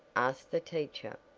asked the teacher,